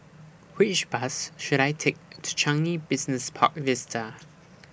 Which Bus should I Take to Changi Business Park Vista